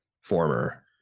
former